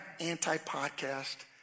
anti-podcast